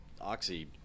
Oxy